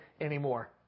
anymore